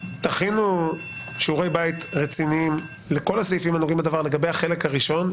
תכינו שיעורי בית רציניים לכל הסעיפים הנוגעים בדבר לגבי החלק הראשון.